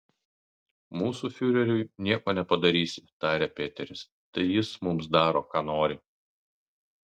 mūsų fiureriui nieko nepadarysi tarė peteris tai jis mums daro ką nori